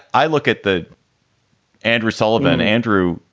i look at the andrew sullivan, andrew,